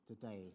today